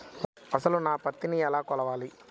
అసలు నా పత్తిని ఎలా కొలవాలి?